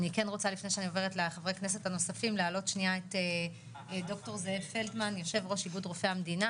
אני רוצה לדבר גם על משהו שיוצר אווירה אלימה